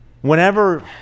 whenever